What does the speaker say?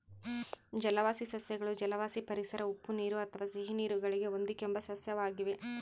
ಜಲವಾಸಿ ಸಸ್ಯಗಳು ಜಲವಾಸಿ ಪರಿಸರ ಉಪ್ಪುನೀರು ಅಥವಾ ಸಿಹಿನೀರು ಗಳಿಗೆ ಹೊಂದಿಕೆಂಬ ಸಸ್ಯವಾಗಿವೆ